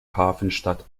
hafenstadt